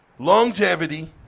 Longevity